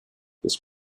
this